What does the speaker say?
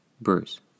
Bruce